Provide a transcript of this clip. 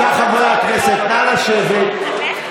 חברי הכנסת, נא לשבת.